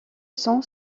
cent